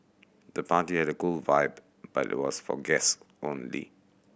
the party had a cool vibe but was for guest only